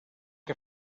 que